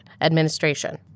administration